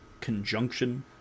conjunction